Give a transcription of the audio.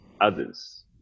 others